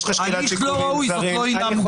הליך לא ראוי זה לא עילה.